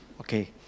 Okay